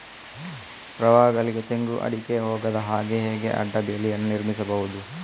ಪ್ರವಾಹಗಳಿಗೆ ತೆಂಗು, ಅಡಿಕೆ ಹೋಗದ ಹಾಗೆ ಹೇಗೆ ಅಡ್ಡ ಬೇಲಿಯನ್ನು ನಿರ್ಮಿಸಬಹುದು?